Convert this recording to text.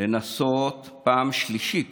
לנסות פעם שלישית